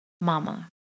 Mama